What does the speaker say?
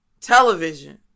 Television